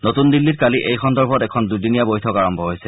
নতুন দিল্লীত কালি এই সন্দৰ্ভত এখন দুদিনীয়া বৈঠক আৰম্ভ হৈছে